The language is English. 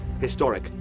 historic